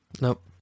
nope